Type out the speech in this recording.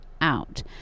out